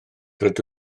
rydw